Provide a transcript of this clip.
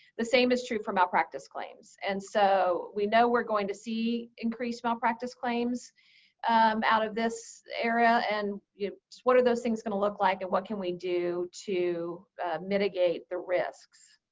the same is true for malpractice claims. and so, we know we're going to see increased malpractice claims out of this era. and you know what are those things going to look like and what can we do to mitigate the risks?